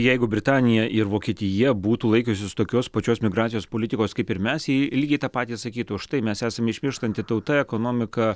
jeigu britanija ir vokietija būtų laikiusis tokios pačios migracijos politikos kaip ir mes jį lygiai tą patį sakytų štai mes esam išmirštanti tauta ekonomika